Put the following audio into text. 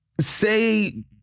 Say